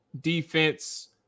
defense